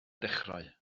dechrau